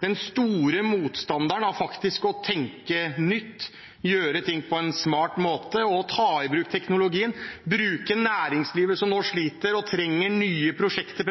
den store motstanderen av å tenke nytt, gjøre ting på en smart måte og å ta i bruk teknologien – å bruke næringslivet, som nå sliter og trenger nye prosjekter.